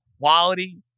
quality